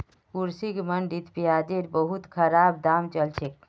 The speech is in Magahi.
कृषि मंडीत प्याजेर बहुत खराब दाम चल छेक